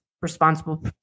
responsible